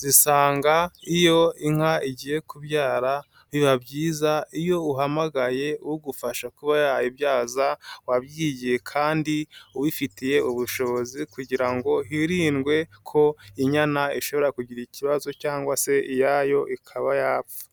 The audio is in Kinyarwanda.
zisanga iyo inka igiye kubyara biba byiza iyo uhamagaye ugufasha kuba yayibyaza wabyigiye kandi ubifitiye ubushobozi kugira ngo hirindwe ko inyana ishobora kugira ikibazo cyangwa se iyayo ikaba yapfa.